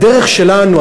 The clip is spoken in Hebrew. הדרך שלנו,